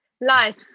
life